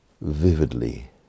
vividly